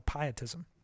pietism